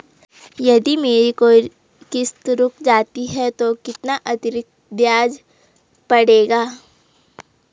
यदि मेरी कोई किश्त रुक जाती है तो कितना अतरिक्त ब्याज पड़ेगा?